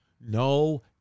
no